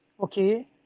okay